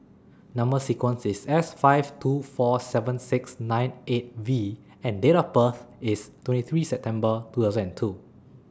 Number sequence IS S five two four seven six nine eight V and Date of birth IS twenty three September two thousand and two